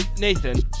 Nathan